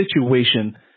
situation